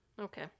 Okay